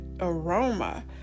aroma